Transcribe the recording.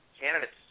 candidates